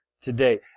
today